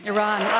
Iran